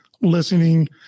listening